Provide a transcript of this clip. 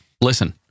Listen